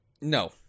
No